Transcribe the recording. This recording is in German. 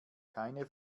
keine